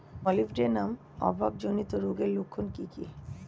Molybdenum অভাবজনিত রোগের লক্ষণ কি কি?